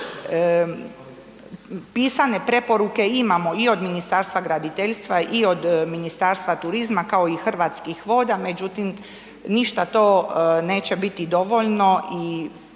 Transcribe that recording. Pisane preporuke imamo i od Ministarstva graditeljstva i od Ministarstva turizma kao i Hrvatskih voda, međutim, ništa to neće biti dovoljno i